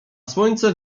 słońce